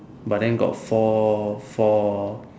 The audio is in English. but then got four four